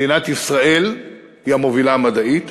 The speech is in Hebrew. מדינת ישראל היא המובילה מדעית,